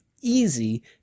easy